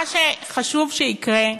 מה שחשוב שיקרה,